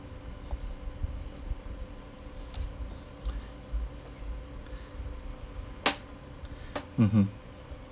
mmhmm